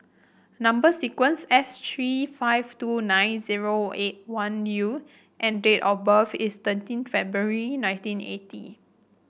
number sequence S three five two nine zero eight one U and date of birth is thirteen February nineteen eighty